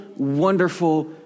Wonderful